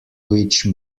which